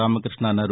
రామకృష్ణ అన్నారు